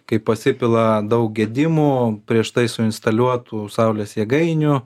kai pasipila daug gedimų prieš tai su instaliuotų saulės jėgainių